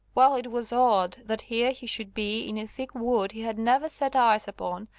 well, it was odd, that here he should be in a thick wood he had never set eyes upon,